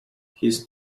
his